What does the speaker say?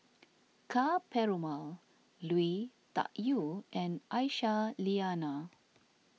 Ka Perumal Lui Tuck Yew and Aisyah Lyana